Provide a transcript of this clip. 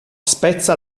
spezza